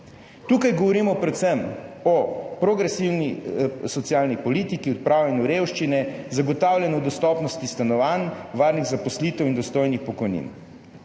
Tukaj govorimo predvsem o progresivni socialni politiki, odpravljanju revščine, zagotavljanju dostopnosti stanovanj, varnih zaposlitev in dostojnih pokojnin.